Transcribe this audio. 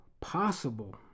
possible